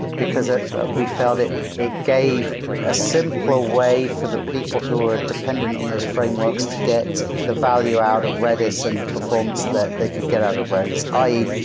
because we felt it it gave a simpler way for the people who were dependent on those frameworks to get the value out of redis and the performance that they could get out of redis, i e,